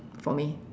for me